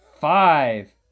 Five